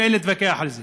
ואין להתווכח על זה